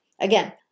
again